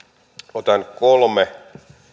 otan esiin kolme